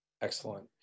Excellent